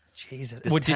Jesus